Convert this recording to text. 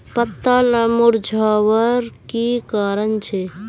पत्ताला मुरझ्वार की कारण छे?